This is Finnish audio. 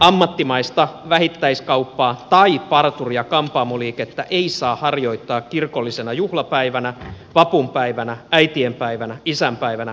ammattimaista vähittäiskauppaa tai parturi ja kampaamoliikettä ei saa harjoittaa kirkollisena juhlapäivänä vapunpäivänä äitienpäivänä isänpäivänä eikä itsenäisyyspäivänä